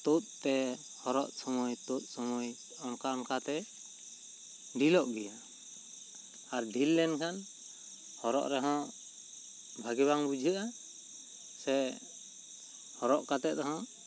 ᱛᱩᱫ ᱛᱮ ᱦᱚᱨᱚᱜ ᱥᱚᱢᱚᱭ ᱛᱩᱫ ᱥᱚᱢᱚᱭ ᱚᱝᱠᱟ ᱚᱝᱠᱟ ᱛᱮ ᱰᱷᱤᱞᱚᱜ ᱜᱮᱭᱟ ᱟᱨ ᱰᱷᱤᱞ ᱞᱮᱱ ᱠᱷᱟᱱ ᱦᱚᱨᱚᱜ ᱨᱮᱦᱚᱸ ᱵᱷᱟᱹᱜᱤ ᱵᱟᱝ ᱵᱩᱡᱷᱟᱹᱜᱼᱟ ᱥᱮ ᱦᱚᱨᱚᱜ ᱠᱟᱛᱮᱫ ᱦᱚᱸ